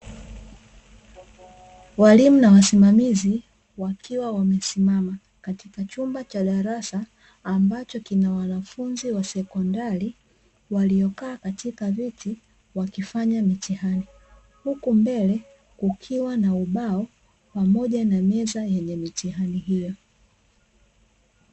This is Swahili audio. Walimu na wasimamizi wakiwa wamesimama, katika chumba cha darasa, ambacho kina wanafunzi wa sekondari, waliokaa katika viti wakifanya mitihani. Huku mbele kukiwa na ubao, pamoja na meza yenye mitihani hiyo.